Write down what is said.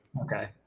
Okay